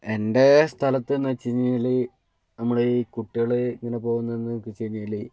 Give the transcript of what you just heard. എൻ്റെ സ്ഥലത്തു എന്നു വച്ചു കഴിഞ്ഞാൽ നമ്മൾ ഈ കുട്ടികൾ ഇങ്ങനെ പോകുന്നതെന്ന് വച്ചു കഴിഞ്ഞാൽ